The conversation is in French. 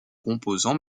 composants